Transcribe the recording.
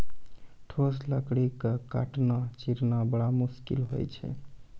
ठोस लकड़ी क काटना, चीरना बड़ा मुसकिल होय छै